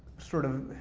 sort of,